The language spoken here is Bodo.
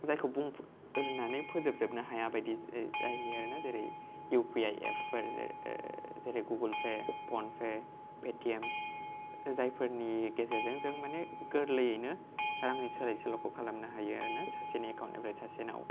जायखौ बुंफोरनानै फोजोबजोबनो हाया बादि जायो आरोना जेरै इउ पी आई एप फोर जेरै जेरै Google Pay PhonePe Paytm जायफोरनि गेजेरजों जों मानि गोरलैयैनो रांनि सोलाय सोल'खौ खालामनो हायो आरोना सासेनि एकाउन्ट निफ्राय सासेनाव